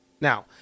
Now